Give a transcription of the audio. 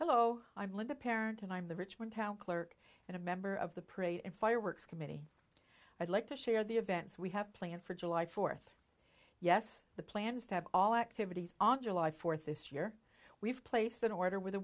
hello i'm linda parent and i'm the richmond town clerk and a member of the parade and fireworks committee i'd like to share the events we have planned for july fourth yes the plans to have all activities on july fourth this year we've placed an order w